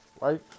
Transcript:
right